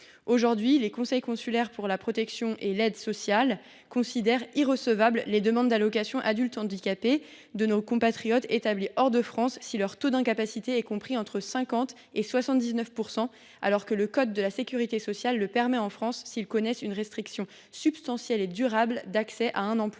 Aujourd’hui, les conseils consulaires pour la protection et l’action sociale (CCPAS) considèrent comme irrecevables les demandes d’allocation aux adultes handicapés de nos compatriotes établis hors de France si leur taux d’incapacité est compris entre 50 % et 79 %, alors que le code de la sécurité sociale le permet en France, si les demandeurs connaissent une restriction substantielle et durable d’accès à un emploi.